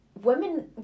women